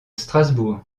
strasbourg